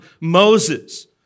Moses